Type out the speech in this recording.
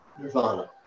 nirvana